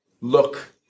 look